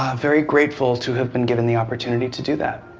ah very grateful to have been given the opportunity to do that.